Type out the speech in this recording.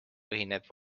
põhineb